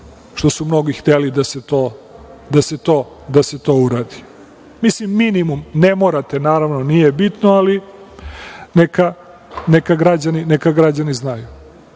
što su mnogi hteli da se to uradi. Mislim, minimum, ne morate, naravno, nije bitno, ali neka građani znaju. Još